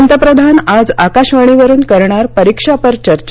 पंतप्रधान आज आकाशवाणीवरून करणार परिक्षा पर चर्चा